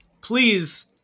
Please